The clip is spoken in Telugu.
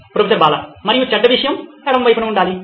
ప్రొఫెసర్ బాలా మరియు చెడ్డ విషయం ఎడమ వైపున ఉండాలి